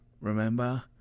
remember